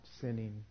sinning